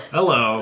Hello